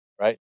Right